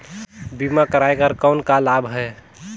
बीमा कराय कर कौन का लाभ है?